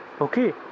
Okay